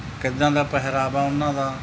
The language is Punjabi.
ਕਿੱਦਾ ਦਾ ਪਹਿਰਾਵਾ ਉਹਨਾਂ ਦਾ